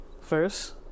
first